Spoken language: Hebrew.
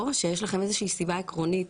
או שיש לכם איזושהי סיבה עקרונית,